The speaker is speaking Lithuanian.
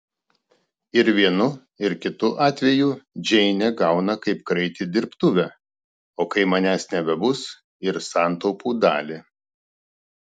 ir vienu ir kitu atveju džeinė gauna kaip kraitį dirbtuvę o kai manęs nebebus ir santaupų dalį